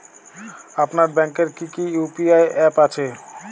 আপনার ব্যাংকের কি কি ইউ.পি.আই অ্যাপ আছে?